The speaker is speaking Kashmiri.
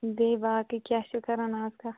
بیٚیہِ باقٕے کیٛاہ چھِو کَران ازکَل